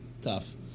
tough